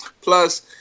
plus